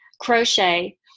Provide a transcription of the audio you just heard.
crochet